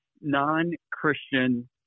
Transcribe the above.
non-Christian